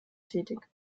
tätig